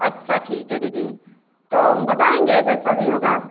अच्छा ठीक है दीदी तो हम बताएँगे जैसा भी होगा